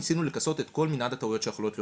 ניסינו לכסות את כל מנעד הטעויות שיכולות להיות.